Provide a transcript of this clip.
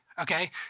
okay